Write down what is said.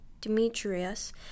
Demetrius